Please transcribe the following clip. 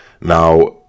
now